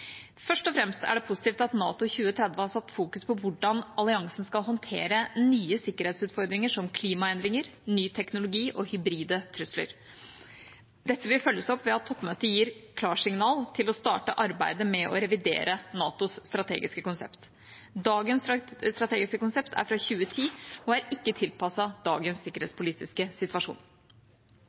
Først og fremst er det positivt at NATO 2030 har satt fokus på hvordan alliansen skal håndtere nye sikkerhetsutfordringer som klimaendringer, ny teknologi og hybride trusler. Dette vil følges opp ved at toppmøtet gir klarsignal til å starte arbeidet med å revidere NATOs strategiske konsept. Dagens strategiske konsept er fra 2010 og er ikke tilpasset dagens sikkerhetspolitiske situasjon.